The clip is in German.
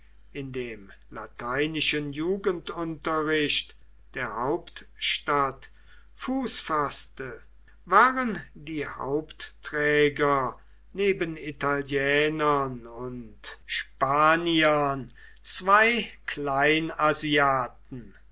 in dem lateinischen jugendunterricht der hauptstadt fuß faßte waren die hauptträger neben italienern und spaniern zwei